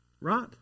Right